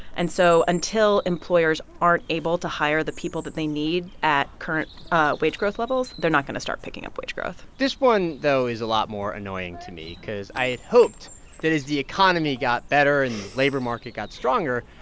and so until employers aren't able to hire the people that they need at current ah wage growth levels, they're not going to start picking up wage growth this one, though, is a lot more annoying to me because i had hoped that as the economy got better and the labor market got stronger,